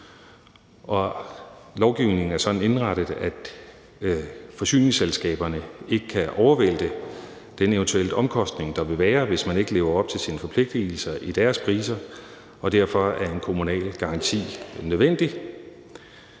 Lovgivningen er sådan indrettet, at forsyningsselskaberne ikke kan overvælte den eventuelle omkostning, der vil være, hvis man ikke lever op til sine forpligtigelser, på deres priser, og derfor er en kommunal garanti nødvendig.